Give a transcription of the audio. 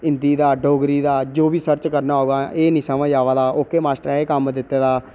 हिंदी दा डोगरी दा जो बी सर्च करना होए एह् निं समझ आवा दा ओह्के माश्ट्ररै एह् कम्म दित्ते दा